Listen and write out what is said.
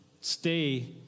stay